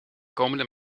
komende